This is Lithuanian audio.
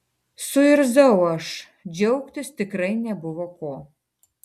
suirzau aš džiaugtis tikrai nebuvo ko